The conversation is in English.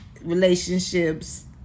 relationships